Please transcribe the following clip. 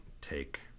take